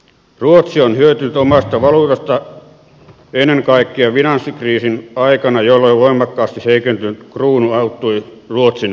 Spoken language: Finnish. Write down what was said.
ruotsi on hyötynyt omasta valuutasta ennen kaikkea finanssikriisin aikana jolloin voimakkaasti heikentynyt kruunu auttoi ruotsin vientiä